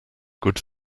good